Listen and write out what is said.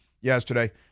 yesterday